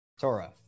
Torah